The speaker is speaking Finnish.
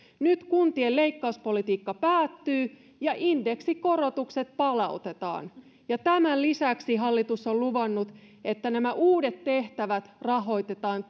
nyt kuntien leikkauspolitiikka päättyy ja indeksikorotukset palautetaan ja tämän lisäksi hallitus on luvannut että nämä uudet tehtävät rahoitetaan